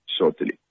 shortly